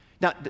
Now